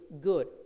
good